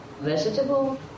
vegetable